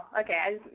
Okay